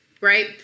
right